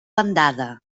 bandada